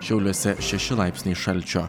šiauliuose šeši laipsniai šalčio